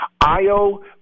Io